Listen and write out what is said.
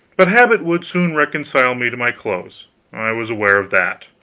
but habit would soon reconcile me to my clothes i was aware of that.